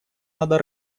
надо